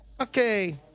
okay